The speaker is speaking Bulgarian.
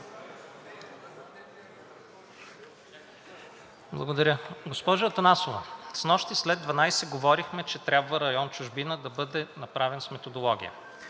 Благодаря. Госпожо Атанасова, снощи след 12,00 ч. говорихме, че трябва район „Чужбина“ да бъде направен с методология.